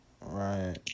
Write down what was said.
Right